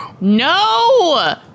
No